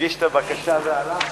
הגיש את הבקשה והלך?